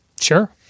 Sure